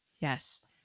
Yes